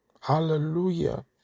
Hallelujah